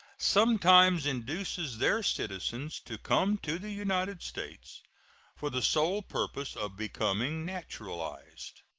sometimes induces their citizens to come to the united states for the sole purpose of becoming naturalized.